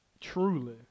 Truly